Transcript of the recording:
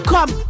Come